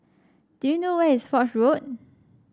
do you know where is Foch Road